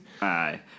Aye